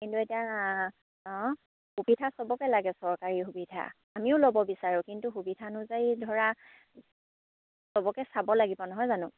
কিন্তু এতিয়া অঁ সুবিধা সবকে লাগে চৰকাৰী সুবিধা আমিও ল'ব বিচাৰোঁ কিন্তু সুবিধা অনুযায়ী ধৰা সবকে চাব লাগিব নহয় জানো